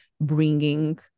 bringing